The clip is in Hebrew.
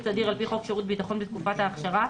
סדיר על פי חוק שירות ביטחון בתקופת האכשרה,